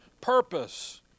purpose